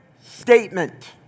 statement